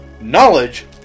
knowledge